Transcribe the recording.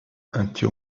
until